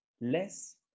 less